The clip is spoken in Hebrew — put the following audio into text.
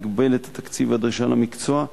מגבלת התקציב והדרישה למקצוע,